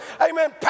Amen